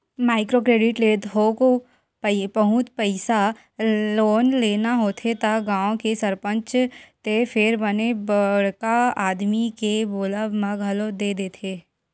micro credit ले थोक बहुत पइसा लोन लेना होथे त गाँव के सरपंच ते फेर बने बड़का आदमी के बोलब म घलो दे देथे